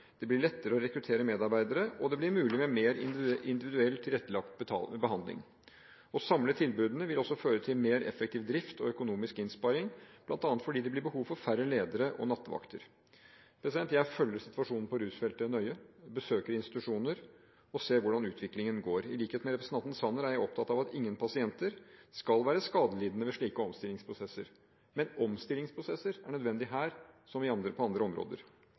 det blir lettere å rekruttere medarbeidere, og det blir mulig med mer individuelt tilrettelagt behandling. Å samle tilbudene vil også føre til mer effektiv drift og økonomisk innsparing, bl.a. fordi det blir behov for færre ledere og nattevakter. Jeg følger situasjonen på rusfeltet nøye. Jeg besøker institusjoner og ser hvordan utviklingen går. I likhet med representanten Sanner er jeg opptatt av at ingen pasienter skal være skadelidende ved slike omstillingsprosesser, men omstillingsprosesser er nødvendige her som på andre områder. Helse Sør-Øst har forsikret at helseforetaket følger godt med på